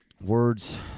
Words